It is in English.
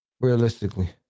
realistically